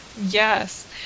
yes